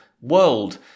world